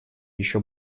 еще